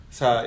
sa